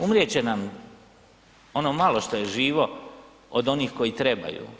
Umrijet će nam ono malo što je živo od onih koji trebaju.